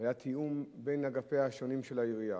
היה תיאום בין אגפיה השונים של העירייה.